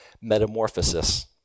Metamorphosis